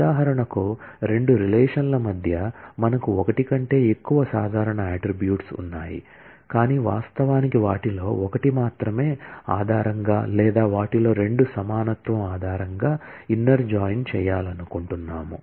ఉదాహరణకు రెండు రిలేషన్ ల మధ్య మనకు ఒకటి కంటే ఎక్కువ సాధారణ అట్ట్రిబ్యూట్స్ ఉన్నాయి కాని వాస్తవానికి వాటిలో ఒకటి మాత్రమే ఆధారంగా లేదా వాటిలో రెండు సమానత్వం ఆధారంగా ఇన్నర్ జాయిన్ చేయాలనుకుంటున్నాము